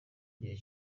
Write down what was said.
gihe